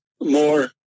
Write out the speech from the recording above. more